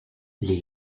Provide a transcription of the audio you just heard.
les